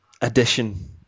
edition